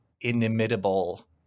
inimitable